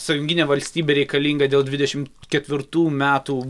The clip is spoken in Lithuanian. sąjunginė valstybė reikalinga dėl dvidešimt ketvirtų metų